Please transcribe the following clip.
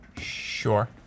Sure